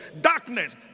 darkness